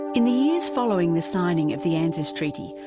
in the years following the singing of the anzus treaty,